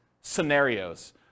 scenarios